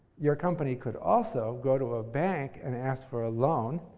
your company could also go to a bank and ask for a loan,